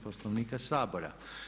Poslovnika Sabora.